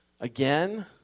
again